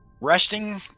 Resting